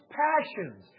passions